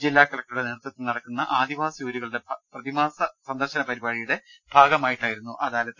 ജില്ലാ കലക്ടറുടെ നേതൃത്വത്തിൽ നടക്കുന്ന ആദിവാസി ഊരുകളുടെ പ്രതിമാസ സന്ദർശന പരിപാടിയുടെ ഭാഗമായിരുന്നു അദാലത്ത്